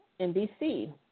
NBC